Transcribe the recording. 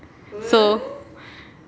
so